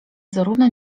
zarówno